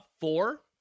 four